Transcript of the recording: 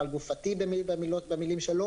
"על גופתי",